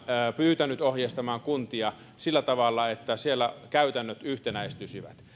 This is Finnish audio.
pyytänyt ohjeistamaan kuntia sillä tavalla että siellä käytännöt yhtenäistyisivät